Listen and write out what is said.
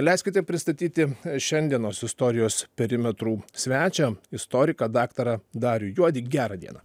leiskite pristatyti šiandienos istorijos perimetrų svečią istoriką daktarą darių juodį gerą dieną